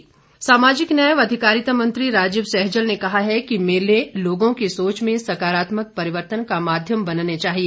सैजल सामाजिक न्याय व अधिकारिता मंत्री राजीव सैजल ने कहा है कि मेले लोगों की सोच में सकारात्मक परिवर्तन का माध्यम बनने चाहिए